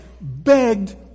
begged